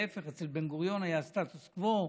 להפך, אצל בן-גוריון היה סטטוס קוו,